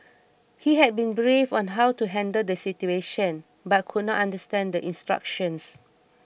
he had been briefed on how to handle the situation but could not understand the instructions